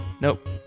Nope